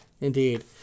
Indeed